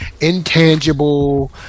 intangible